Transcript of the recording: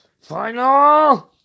Final